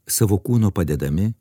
savo kūno padedami